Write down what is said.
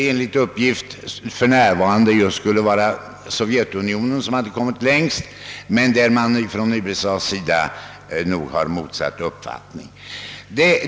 Enligt uppgift är det för närvarande Sovjetunionen som kommit längst, men i USA råder motsatt uppfattning.